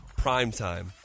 Primetime